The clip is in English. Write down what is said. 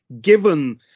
given